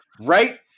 right